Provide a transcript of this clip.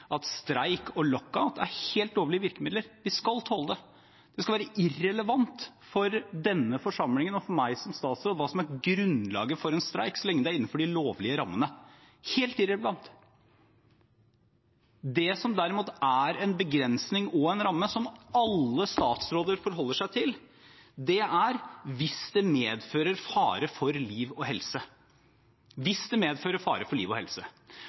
at streik og lockout er helt lovlige virkemidler. Vi skal tåle det. Det skal være irrelevant for denne forsamlingen og for meg som statsråd hva som er grunnlaget for en streik, så lenge den er innenfor de lovlige rammene – helt irrelevant. Det som derimot er en begrensning og en ramme som alle statsråder forholder seg til, er hvis det medfører fare for liv og helse. Da er det